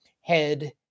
head